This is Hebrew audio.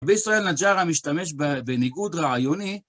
בישראל נג'רה משתמש בניגוד רעיוני.